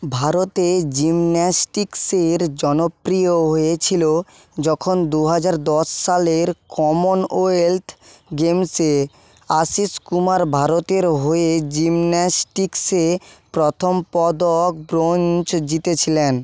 ভারতে জিমন্যাস্টিক্সের জনপ্রিয় হয়েছিল যখন দুহাজার দশ সালের কমনওয়েলথ গেমসে আশিস কুমার ভারতের হয়ে জিমন্যাস্টিক্সে প্রথম পদক ব্রোঞ্জ জিতেছিলেন